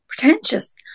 pretentious